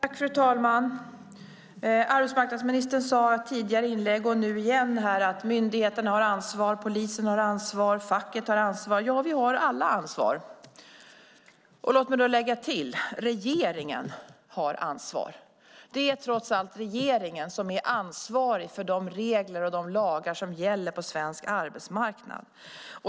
Fru talman! Arbetsmarknadsministern sade i ett tidigare inlägg och även nu att myndigheterna har ansvar, polisen har ansvar och facket har ansvar. Ja, vi har alla ansvar. Låt mig då lägga till: Regeringen har ansvar. Det är trots allt regeringen som är ansvarig för de regler och lagar som gäller på svensk arbetsmarknad.